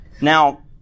Now